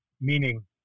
meaning